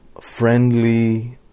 friendly